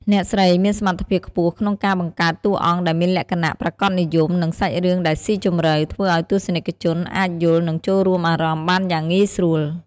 អ្នកស្រីមានសមត្ថភាពខ្ពស់ក្នុងការបង្កើតតួអង្គដែលមានលក្ខណៈប្រាកដនិយម និងសាច់រឿងដែលស៊ីជម្រៅ ធ្វើឱ្យទស្សនិកជនអាចយល់ និងចូលរួមអារម្មណ៍បានយ៉ាងងាយស្រួល។